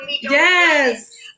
Yes